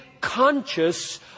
conscious